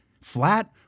flat